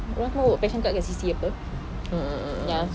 !oho! passion card kat C_C apa ah ah ah ah